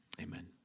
Amen